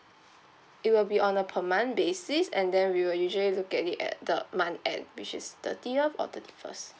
it will be on a permanent basis and then we will usually look at it at the month end which is thirtieth or thirty first